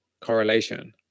correlation